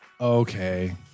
okay